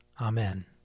Amen